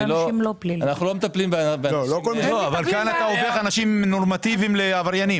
אתה הופך אנשים נורמטיביים לעבריינים,